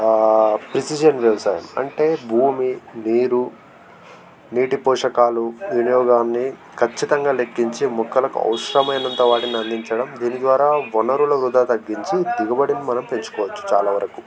precision వ్యవసాయం అంటే భూమి నీరు నీటి పోషకాలు వినియోగాన్ని ఖచ్చితంగా లెక్కించి మొక్కలకు అవసరమయినంత వాటిని అందించడం దీని ద్వారా వనరులు వృధా తగ్గించి దిగుబడిని మనం పెంచుకోవచ్చు చాలా వరకు